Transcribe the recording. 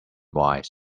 wise